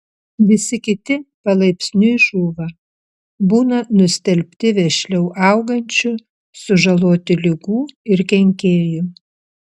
visi kiti palaipsniui žūva būna nustelbti vešliau augančių sužaloti ligų ir kenkėjų